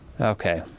okay